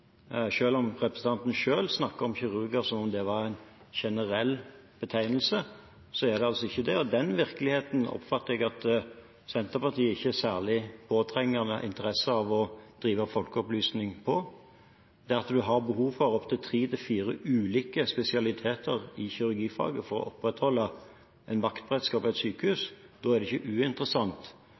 om representanten selv snakker om kirurgi som om det er en generell betegnelse, er det altså ikke det. Den virkeligheten oppfatter jeg at Senterpartiet ikke har noen særlig påtrengende interesse av å drive folkeopplysning om. Når man har behov for opptil tre til fire ulike spesialiteter i kirurgifaget for å opprettholde en vaktberedskap på et sykehus, er det ikke uinteressant